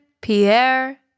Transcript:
Pierre